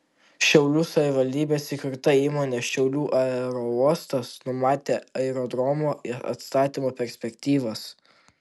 šiaulių savivaldybės įkurta įmonė šiaulių aerouostas numatė aerodromo atstatymo perspektyvas